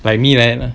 like me like that ah